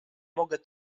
mogę